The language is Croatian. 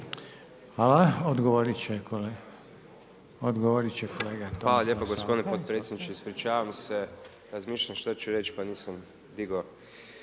**Saucha, Tomislav (SDP)** Hvala lijepa gospodine potpredsjedniče. Ispričavam se, razmišljam šta ću reći pa nisam digao.